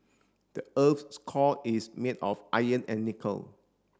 the earth's core is made of iron and nickel